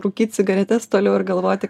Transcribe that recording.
rūkyt cigaretes toliau ir galvoti